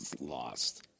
Lost